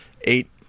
eight